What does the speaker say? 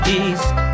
east